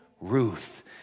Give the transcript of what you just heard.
Ruth